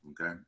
okay